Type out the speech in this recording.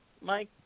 Mike